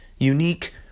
unique